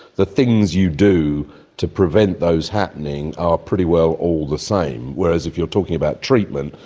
the things you do to prevent those happening are pretty well all the same, whereas if you're talking about treatment,